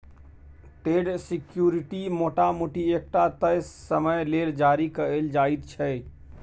date security मोटा मोटी एकटा तय समय लेल जारी कएल जाइत छै